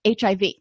HIV